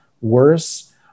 worse